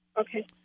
Okay